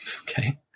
Okay